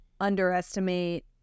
underestimate